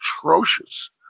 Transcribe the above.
atrocious